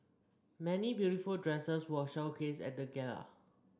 many beautiful dresses were showcased at the gala